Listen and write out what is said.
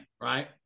right